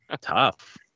Tough